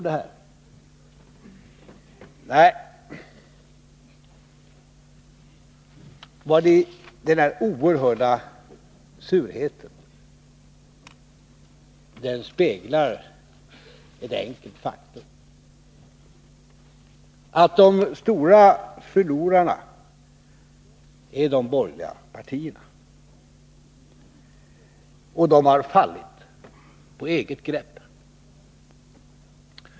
Den oerhörda surheten speglar ett enkelt faktum: att de stora förlorarna är de borgerliga partierna. De har fallit på eget grepp.